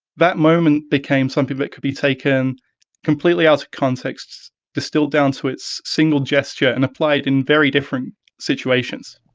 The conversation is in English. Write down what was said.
that moment became something that could be taken completely out of context, distilled down to its single gesture and applied in very different situations.